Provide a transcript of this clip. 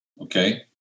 Okay